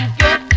get